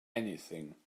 anything